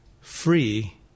free